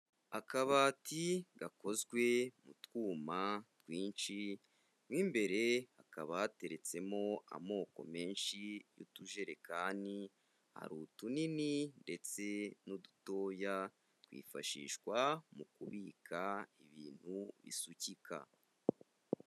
Akabati gakozwe mu twuma twinshi, mu imbere hakaba hateretsemo amoko menshi y'utujerekani, hari utunini, ndetse n'udutoya, twifashishwa mu kubika ibintu bisukika.